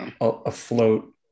afloat